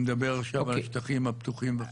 לא, אני מדבר עכשיו על השטחים הפתוחים והחקלאיים.